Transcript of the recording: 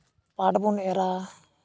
ᱯᱟᱴᱷ ᱵᱚᱱ ᱮᱨᱟ